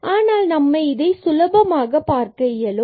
ஆனால் நம்மால் இதை சுலபமாக பார்க்க இயலும்